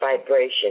vibration